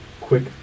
quick